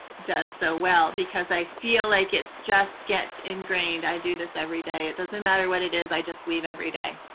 does so well because i feel like it just gets ingrained i do this every day. it doesn't matter what it is, i just weave every day.